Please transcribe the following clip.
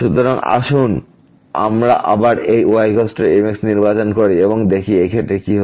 সুতরাং আসুন আমরা আবার এই y mx নির্বাচন করি এবং দেখি এই ক্ষেত্রে কি হচ্ছে